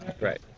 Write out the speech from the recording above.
right